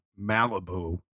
Malibu